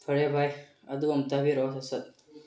ꯐꯔꯦ ꯚꯥꯏ ꯑꯗꯨ ꯑꯝꯇ ꯍꯥꯏꯕꯤꯔꯛꯑꯣ ꯁꯠ ꯁꯠ